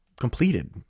completed